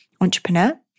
entrepreneur